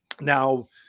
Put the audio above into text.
now